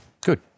Good